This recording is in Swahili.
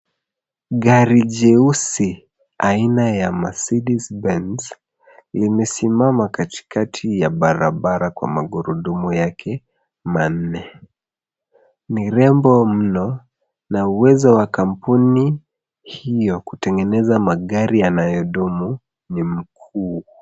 Gari jeusi aina ya Mercedes-Benz limesimama katikati ya barabara kwa magurudumu yake manne, ni rembo mno na uwezo wa kampuni kutengeneza magari yanayodumu ni mkuu.